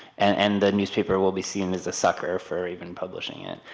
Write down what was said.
and the newspaper will be seen as a sucker for even publishing it.